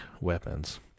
weapons